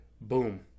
Boom